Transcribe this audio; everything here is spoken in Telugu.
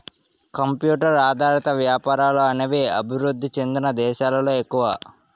కంప్యూటర్ ఆధారిత వ్యాపారాలు అనేవి అభివృద్ధి చెందిన దేశాలలో ఎక్కువ